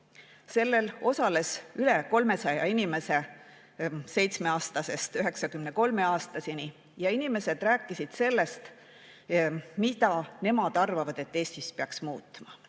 Sellel osales üle 300 inimese 7‑aastasest 93‑aastaseni ja inimesed rääkisid sellest, mida nende arvates Eestis peaks muutma.